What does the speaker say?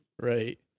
Right